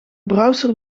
browser